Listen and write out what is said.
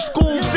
School